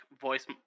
voice